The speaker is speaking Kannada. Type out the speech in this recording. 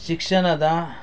ಶಿಕ್ಷಣದ